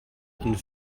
and